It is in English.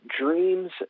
dreams